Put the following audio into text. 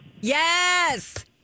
Yes